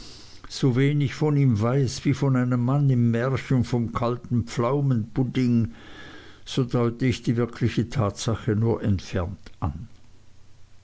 so wenig von ihm weiß wie von dem mann im märchen vom kalten pflaumenpudding so deute ich die wirkliche tatsache nur entfernt an